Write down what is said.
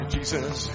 Jesus